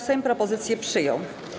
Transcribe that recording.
Sejm propozycję przyjął.